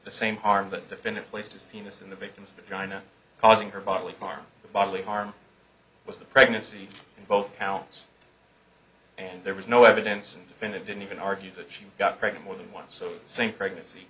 the same harm the defendant placed his penis in the victim's dinah causing her bodily harm bodily harm was the pregnancy in both counts and there was no evidence and defendant didn't even argue that she got pregnant more than once so same pregnancy